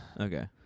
Okay